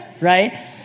right